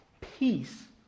peace